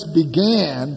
began